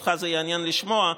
אותך זה יעניין לשמוע,